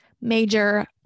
major